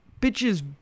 Bitches